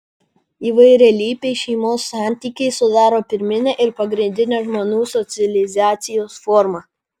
įvairialypiai šeimos santykiai sudaro pirminę ir pagrindinę žmonių socializacijos formą